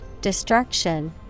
destruction